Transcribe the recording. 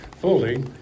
fully